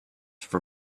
for